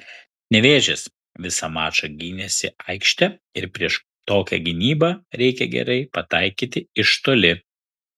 nevėžis visą mačą gynėsi aikšte ir prieš tokią gynybą reikia gerai pataikyti iš toli